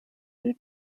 due